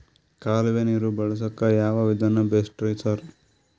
ಕಾಲುವೆ ನೀರು ಬಳಸಕ್ಕ್ ಯಾವ್ ವಿಧಾನ ಬೆಸ್ಟ್ ರಿ ಸರ್?